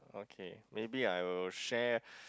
okay maybe I will share